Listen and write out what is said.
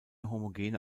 homogene